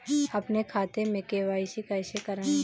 अपने खाते में के.वाई.सी कैसे कराएँ?